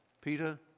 Peter